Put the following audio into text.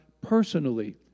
personally